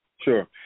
Sure